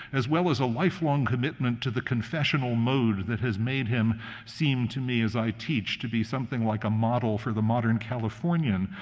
as well as a lifelong commitment to the confessional mode that has made him seem to me as i teach to be something like a model for the modern californian,